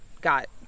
got